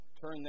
turn